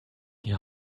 die